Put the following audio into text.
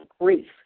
grief